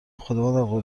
خداوند